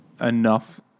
enough